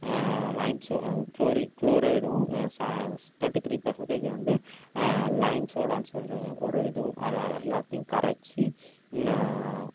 லைம்ஸும் குளோரைடும் thirty three percentage வந்து lime சோடான்னு சொல்கிறாங்க ஒரு இதுவும் அது எல்லாத்தையும் கரைத்து